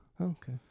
Okay